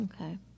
Okay